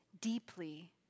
deeply